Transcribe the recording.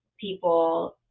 people